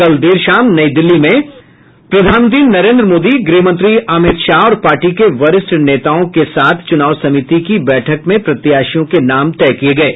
कल देर शाम नई दिल्ली में प्रधानमंत्री नरेंद्र मोदी गृह मंत्री अमित शाह और पार्टी के अन्य वरिष्ठ नेताओं के साथ चुनाव समिति की बैठक में प्रत्याशियों के नाम तय किये गये